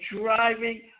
driving